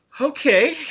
okay